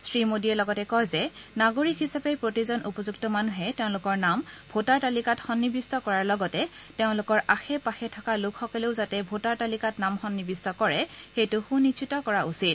শ্ৰী মোদীয়ে লগতে কয় যে নাগৰিক হিচাপে প্ৰতিজন উপযুক্ত মানুহে তেওঁলোকৰ নাম ভোটাৰ তালিকাত সন্নিবিষ্ট কৰাৰ লগতে তেওঁলোকৰ আশে পাশে থকা লোকসকলেও যাতে ভোটাৰ তালিকাত নাম সন্নিবিষ্ট কৰে সেইটা সুনিশ্চিত কৰা উচিত